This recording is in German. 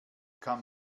kann